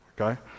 okay